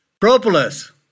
Propolis